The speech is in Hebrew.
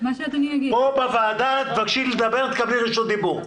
פה בוועדה תבקשי לדבר תקבלי רשות דיבור,